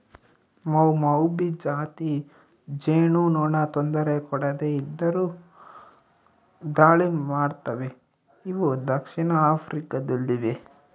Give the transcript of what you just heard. ಮೌಮೌಭಿ ಜಾತಿ ಜೇನುನೊಣ ತೊಂದರೆ ಕೊಡದೆ ಇದ್ದರು ದಾಳಿ ಮಾಡ್ತವೆ ಇವು ದಕ್ಷಿಣ ಆಫ್ರಿಕಾ ದಲ್ಲಿವೆ